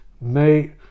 Mate